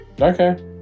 okay